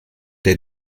der